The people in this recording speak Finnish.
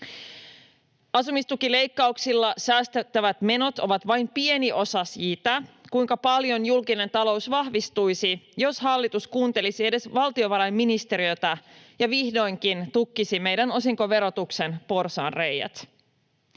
Asumistukileikkauksilla säästettävät menot ovat vain pieni osa siitä, kuinka paljon julkinen talous vahvistuisi, jos hallitus kuuntelisi edes valtiovarainministeriötä ja vihdoinkin tukkisi meidän osinkoverotuksen porsaanreiät.